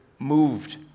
Moved